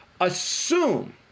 assume